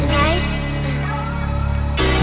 Tonight